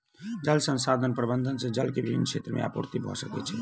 जल संसाधन प्रबंधन से जल के विभिन क्षेत्र में आपूर्ति भअ सकै छै